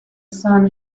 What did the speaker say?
sun